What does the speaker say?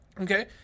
Okay